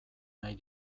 nahi